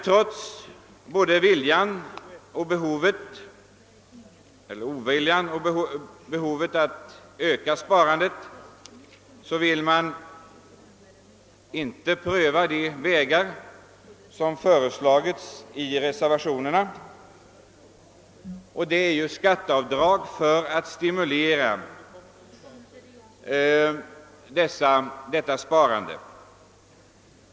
Trots behovet av att öka sparandet vill man inte pröva de vägar som föreslagits i reservationerna, nämligen skatteavdrag för att stimulera målsparande.